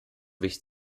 wich